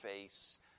face